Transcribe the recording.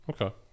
Okay